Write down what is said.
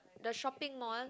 the shopping mall